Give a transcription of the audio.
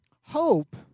Hope